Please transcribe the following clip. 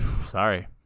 sorry